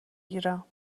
گیرم